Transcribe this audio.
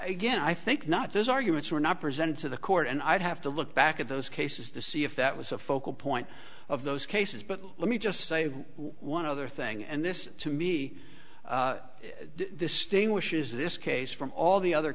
again i think not those arguments were not presented to the court and i'd have to look back at those cases to see if that was the focal point of those cases but let me just say one other thing and this to me this sting wishes this case from all the other